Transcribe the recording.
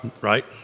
Right